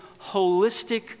holistic